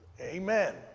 Amen